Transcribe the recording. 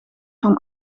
van